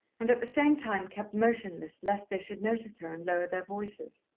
and at the same time kept motionless lest they should notice her and lower their voices.